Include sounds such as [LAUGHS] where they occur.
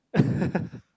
[LAUGHS]